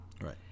Right